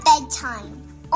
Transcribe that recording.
bedtime